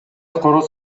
короз